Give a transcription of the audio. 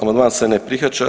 Amandman se ne prihvaća.